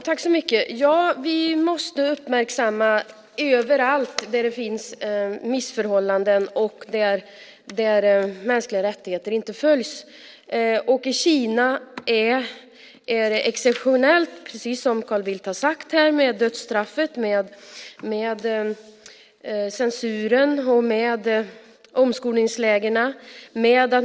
Fru talman! Vi måste uppmärksamma alla platser där det finns missförhållanden och där mänskliga rättigheter inte följs. I Kina är det exceptionellt, precis som Carl Bildt sade, med dödsstraff, censur och omskolningsläger.